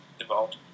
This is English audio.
involved